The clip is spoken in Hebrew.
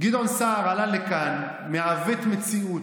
גדעון סער עלה לכאן, מעוות מציאות,